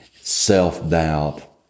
self-doubt